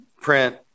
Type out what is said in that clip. print